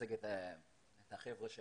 מייצג את החבר'ה של